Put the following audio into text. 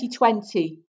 2020